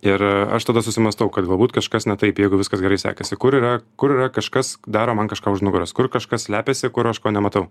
ir aš tada susimąstau kad galbūt kažkas ne taip jeigu viskas gerai sekasi kur yra kur yra kažkas daro man kažką už nugaros kur kažkas slepiasi kur aš ko nematau